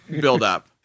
buildup